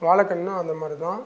வாழைக்கன்னும் அந்த மாதிரி தான்